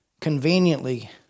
conveniently